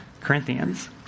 Corinthians